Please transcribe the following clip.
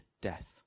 death